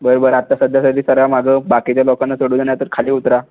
बरं बरं आता सध्यासाठी करा मागं बाकीचे लोकांना चढू द्या नाही तर खाली उतरा